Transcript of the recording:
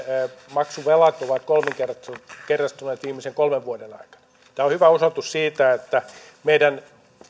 maksuvelat ovat kolminkertaistuneet viimeisen kolmen vuoden aikana tämä on hyvä osoitus siitä että meidän